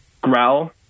growl